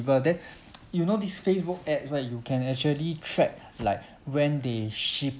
then you know this facebook ads where you can actually track like when they ship